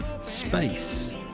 space